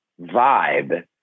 vibe